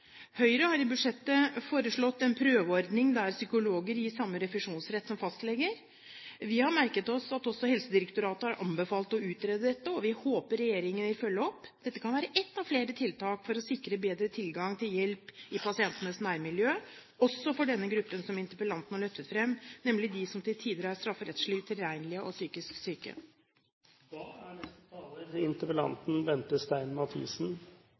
Høyre har i budsjettet foreslått en prøveordning der psykologer gis samme refusjonsrett som fastleger. Vi har merket oss at også Helsedirektoratet har anbefalt å utrede dette, og vi håper at regjeringen vil følge det opp. Dette kan være ett av flere tiltak for å sikre bedre tilgang til hjelp i pasientenes nærmiljø, også for denne gruppen som interpellanten har løftet fram, nemlig de som til tider er strafferettslig utilregnelige og psykisk